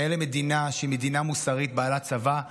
כיאה למדינה שהיא מדינה מוסרית בעלת צבא מוסרי,